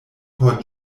por